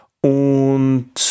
und